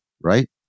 right